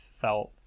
felt